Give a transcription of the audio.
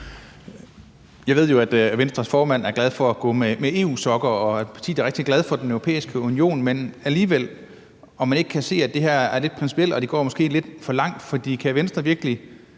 Jeg ved jo, at Venstres formand er glad for at gå med EU-sokker, og at det er et parti, der er rigtig glad for Den Europæiske Union. Men kan man alligevel ikke se, at det her er lidt principielt, og at det måske går lidt for langt? For kan Venstre virkelig